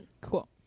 Cool